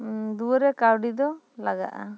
ᱫᱩᱣᱟᱹᱨ ᱨᱮ ᱠᱟᱹᱣᱰᱤ ᱫᱚ ᱞᱟᱜᱟᱜ ᱟ